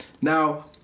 Now